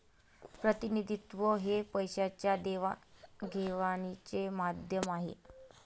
प्रतिनिधित्व हे पैशाच्या देवाणघेवाणीचे माध्यम आहे